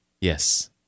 Yes